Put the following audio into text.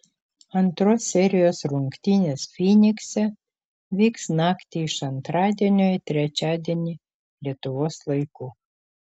antros serijos rungtynės fynikse vyks naktį iš antradienio į trečiadienį lietuvos laiku